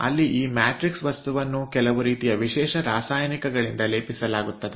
ಅಲ್ಲಿ ಈ ಮ್ಯಾಟ್ರಿಕ್ಸ್ ವಸ್ತುವನ್ನು ಕೆಲವು ರೀತಿಯ ವಿಶೇಷ ರಾಸಾಯನಿಕಗಳಿಂದ ಲೇಪಿಸಲಾಗುತ್ತದೆ